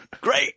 Great